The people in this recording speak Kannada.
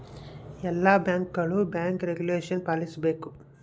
ಎಲ್ಲ ಬ್ಯಾಂಕ್ಗಳು ಬ್ಯಾಂಕ್ ರೆಗುಲೇಷನ ಪಾಲಿಸಬೇಕು